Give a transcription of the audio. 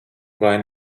vai